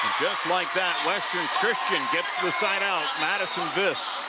just like that, western christian gets the side out, masison vis.